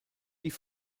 die